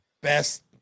best